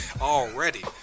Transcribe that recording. Already